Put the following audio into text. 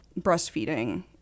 breastfeeding